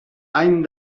any